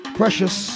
precious